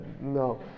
no